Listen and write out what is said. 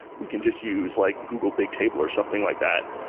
we can just use like google bigtable or something like that.